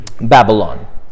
Babylon